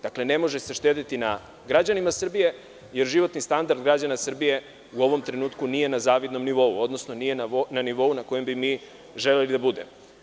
Dakle, ne može se štedeti na građanima Srbije jer životni standard građana Srbije u ovom trenutku nije na zavidnom nivou, odnosno nije na nivou na kome bi mi želeli da bude.